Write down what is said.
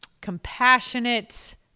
compassionate